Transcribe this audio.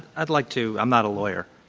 i'd like to i'm not a lawyer.